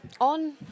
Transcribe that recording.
on